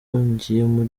muri